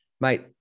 mate